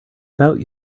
about